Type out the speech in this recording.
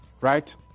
right